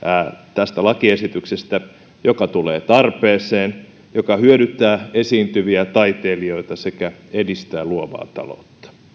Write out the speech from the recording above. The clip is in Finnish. tästä lakiesityksestä joka tulee tarpeeseen joka hyödyttää esiintyviä taiteilijoita sekä edistää luovaa taloutta